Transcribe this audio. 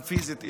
גם פיזית,